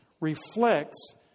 reflects